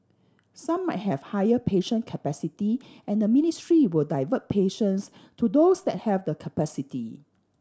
some might have higher patient capacity and the ministry will divert patients to those that have the capacity